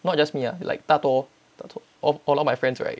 not just me ah like 大多 all of my friends right